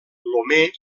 lomé